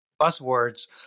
buzzwords